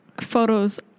photos